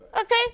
okay